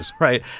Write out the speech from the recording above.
Right